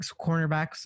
cornerbacks